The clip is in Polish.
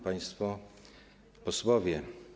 Państwo Posłowie!